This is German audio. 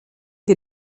wir